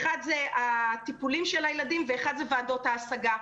אחד זה של הטיפולים של ילדים ואחד זה ועדות ההשגה.